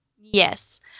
Yes